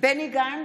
בני גנץ,